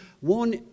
one